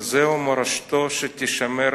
וזוהי מורשתו שתישמר